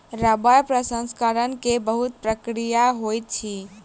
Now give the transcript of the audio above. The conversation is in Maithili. रबड़ प्रसंस्करण के बहुत प्रक्रिया होइत अछि